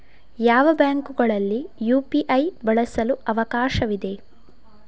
ಯಾವ ಬ್ಯಾಂಕುಗಳಲ್ಲಿ ಯು.ಪಿ.ಐ ಬಳಸಲು ಅವಕಾಶವಿದೆ?